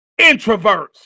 introverts